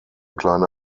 kleine